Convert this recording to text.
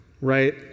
right